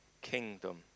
kingdom